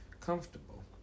comfortable